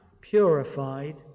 purified